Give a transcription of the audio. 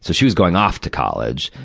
so she was going off to college,